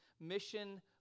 mission